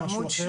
או משהו אחר?